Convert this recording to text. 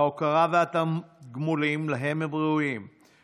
ההוקרה והתגמולים שהם ראויים להם,